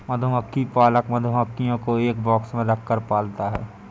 मधुमक्खी पालक मधुमक्खियों को एक बॉक्स में रखकर पालता है